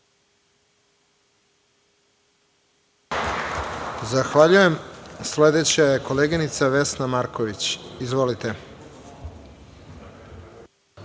Zahvaljujem. Sledeća je koleginica Vesna Marković. Izvolite.